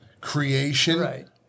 creation